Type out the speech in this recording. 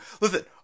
Listen